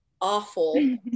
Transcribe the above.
awful